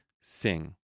sing